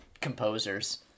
composers